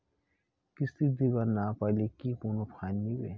কিস্তি দিবার না পাইলে কি কোনো ফাইন নিবে?